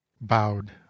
bowed